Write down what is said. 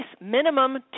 minimum